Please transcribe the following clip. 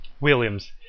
Williams